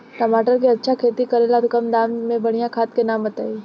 टमाटर के अच्छा खेती करेला कम दाम मे बढ़िया खाद के नाम बताई?